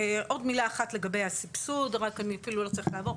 עוד מילה אחת לגבי הסבסוד, אנחנו המלצנו,